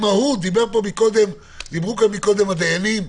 דיברו קודם הדיינים,